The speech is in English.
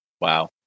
Wow